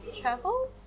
Travel